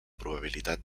probabilitat